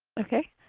okay.